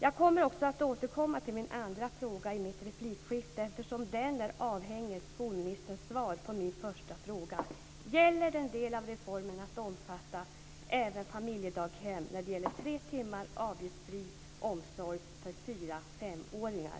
Min andra fråga återkommer jag till i min replik, eftersom den är avhängig skolministerns svar på min första fråga, som alltså är: Kommer reformen att omfatta även familjedaghem när det gäller tre timmars avgiftsfri omsorg för fyra och femåringar?